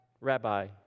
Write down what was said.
rabbi